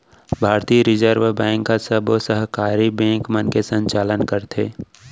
भारतीय reserve bank ह सबो सहकारी बेंक मन के संचालन करथे